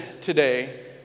today